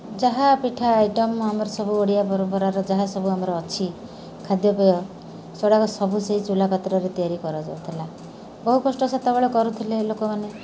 ଯାହା ପିଠା ଆଇଟମ୍ ଆମର ସବୁ ଓଡ଼ିଆ ପରମ୍ପରାର ଯାହା ସବୁ ଆମର ଅଛି ଖାଦ୍ୟପେୟ ସେଗୁଡ଼ାକ ସବୁ ସେଇ ଚୁଲା ପତ୍ରରେ ତିଆରି କରାଯାଉଥିଲା ବହୁ କଷ୍ଟ ସେତେବେଳେ କରୁଥିଲେ ଲୋକମାନେ